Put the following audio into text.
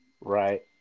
right